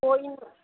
ਕੋਈ